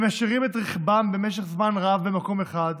הם משאירים את רכבם במשך זמן רב במקום אחד,